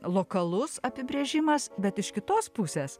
lokalus apibrėžimas bet iš kitos pusės